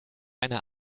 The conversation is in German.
einer